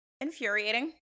infuriating